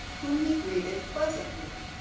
whom he greeted pleasantly.